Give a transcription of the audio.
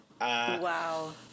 Wow